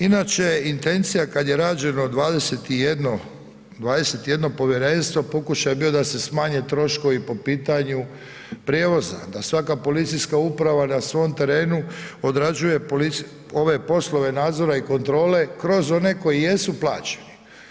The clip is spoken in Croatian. Inače intencija kada je rađeno 21. povjerenstvo, pokušaj je bio da se smanje troškovi po pitanju prijevoza, da svaka policijska uprava na svom terenu odrađuje ove poslove nadzora i kontrole kroz one koji jesu plaćeni.